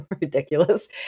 ridiculous